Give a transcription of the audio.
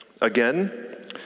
Again